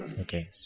Okay